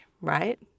right